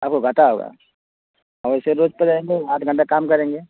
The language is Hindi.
आपको घाटा होगा वैसे रोज पर रहेंगे आठ घंटा काम करेंगे